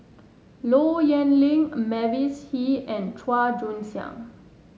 Low Yen Ling Mavis Hee and Chua Joon Siang